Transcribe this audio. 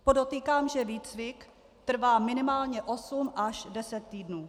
Podotýkám, že výcvik trvá minimálně osm až deset týdnů.